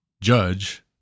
judge